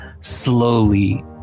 slowly